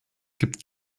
gibt